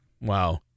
Wow